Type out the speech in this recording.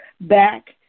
back